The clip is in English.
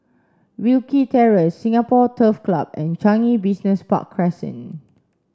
Wilkie Terrace Singapore Turf Club and Changi Business Park Crescent